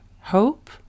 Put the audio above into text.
hope